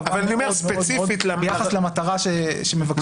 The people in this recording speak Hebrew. רחבה מאוד מאוד מאוד ביחס למטרה שמבקשים.